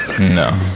No